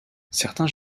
certains